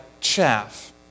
chaff